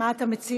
מה אתה מציע?